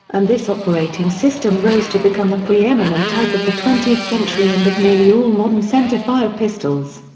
and this operating system rose to become the preeminent type of the twentieth century and of nearly all modern centerfire pistols.